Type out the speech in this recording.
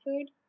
food